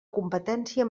competència